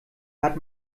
hat